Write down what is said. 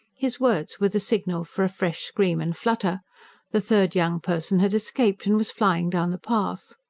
his words were the signal for a fresh scream and flutter the third young person had escaped, and was flying down the path.